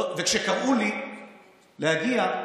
וכשקראו לי להגיע,